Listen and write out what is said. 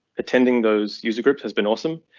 attending those user groups has been awesome.